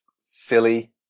silly